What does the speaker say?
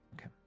Okay